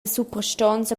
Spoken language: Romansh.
suprastonza